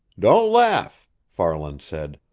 don't laugh! farland said.